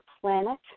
Planet